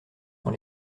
dans